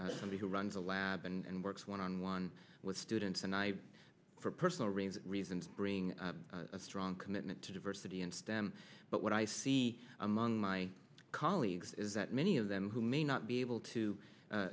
somebody who runs a lab and works one on one with students and i for personal reasons reasons bring a strong commitment to diversity and stem but what i see among my colleagues is that many of them who may not be able to